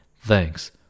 Thanks